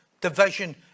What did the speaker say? division